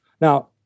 Now